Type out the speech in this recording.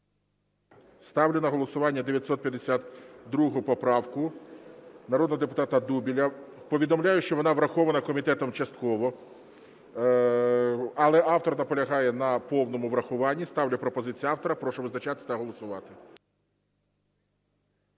Ставлю на голосування 952 поправку народного депутата Дубеля. Повідомляю, що вона врахована комітетом частково, але автор наполягає на повному врахуванні. Ставлю пропозицію автора. Прошу визначатися та голосувати.